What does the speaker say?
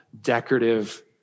decorative